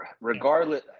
regardless